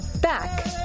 back